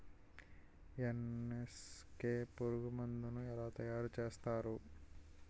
NSK పురుగు మందు ను ఎలా తయారు చేస్తారు?